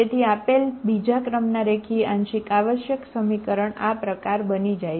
તેથી આપેલ બીજા ક્રમના રેખીય આંશિક આવશ્યક સમીકરણ આ પ્રકાર બની જાય છે